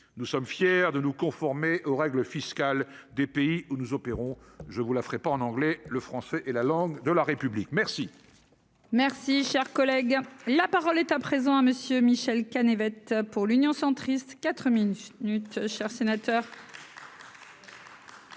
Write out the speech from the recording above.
nous sommes fiers de nous conformer aux règles fiscales des pays où nous opérons, je vous la ferai pas en anglais, le français est la langue de la République, merci. Merci, cher collègue, la parole est à présent à monsieur Michel Canet va être pour l'Union centriste 4 minutes lutte chers sénateurs.